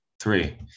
Three